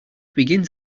begins